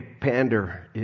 Pander